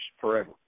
forever